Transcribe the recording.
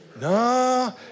No